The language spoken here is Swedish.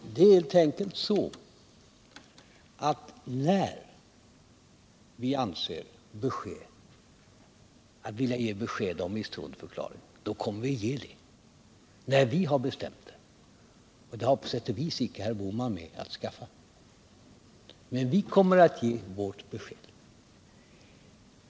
Herr talman! Det är helt enkelt så, att när vi anser oss vilja ge ett besked om misstroendeförklaring, då kommer vi att ge det — när vi har bestämt det. Det har på sätt och vis icke herr Bohman med att skaffa, men vi kommer att ge vårt besked.